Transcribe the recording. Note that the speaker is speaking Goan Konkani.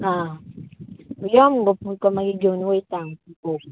आह यो मुगो तुमकां मागीर घेवन वता हांव पळोवपाक